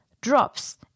drops